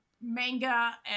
manga